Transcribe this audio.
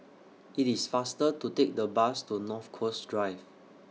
IT IS faster to Take The Bus to North Coast Drive